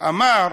אמר: